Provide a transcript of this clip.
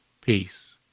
peace